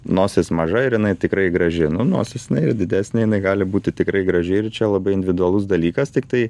nosis maža ir jinai tikrai graži nu nosis ir didesnė jinai gali būti tikrai graži ir čia labai individualus dalykas tiktai